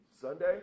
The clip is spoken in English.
Sunday